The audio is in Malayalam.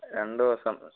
രണ്ട് ദിവസം